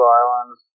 islands